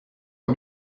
pas